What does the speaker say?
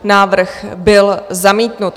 Návrh byl zamítnut.